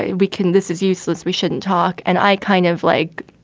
we can this is useless. we shouldn't talk. and i kind of like